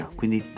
quindi